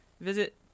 Visit